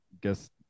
guess